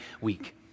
week